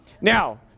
Now